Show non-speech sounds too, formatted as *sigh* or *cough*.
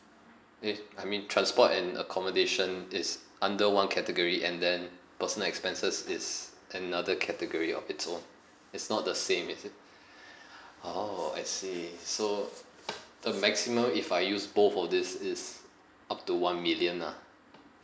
eh I mean transport and accommodation is under one category and then personal expenses is another category of its own it's not the same is it *breath* orh I see so the maximum if I use both of these is up to one million ah